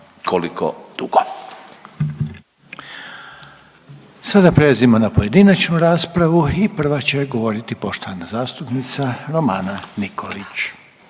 Željko (HDZ)** Sada prelazimo na pojedinačnu raspravu i prva će govoriti poštovana zastupnica Romana Nikolić.